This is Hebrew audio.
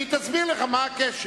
היא תסביר לך מה הקשר.